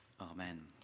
Amen